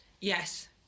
Yes